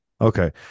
Okay